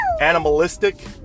animalistic